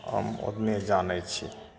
हम ओतने जानै छी